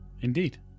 indeed